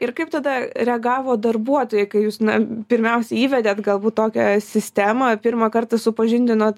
ir kaip tada reagavo darbuotojai kai jūs na pirmiausia įvedėt galbūt tokią sistemą pirmą kartą supažindinot